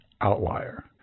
outlier